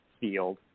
field